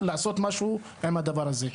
לעשות משהו עם הדבר הזה.